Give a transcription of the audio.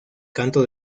canto